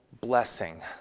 blessing